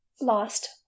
Lost